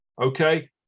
Okay